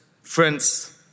friends